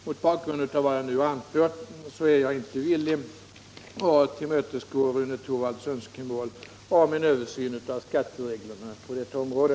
Mot bakgrund av vad jag nu har anfört är jag inte villig att tillmötesgå Rune Torwalds önskemål om en översyn av skattereglerna på detta område.